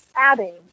adding